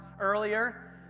earlier